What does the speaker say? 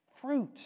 fruit